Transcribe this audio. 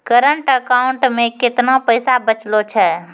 Current account मे केतना पैसा बचलो छै?